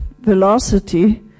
velocity